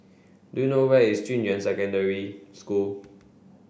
do you know where is Junyuan Secondary School